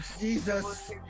Jesus